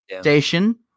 station